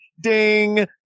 Ding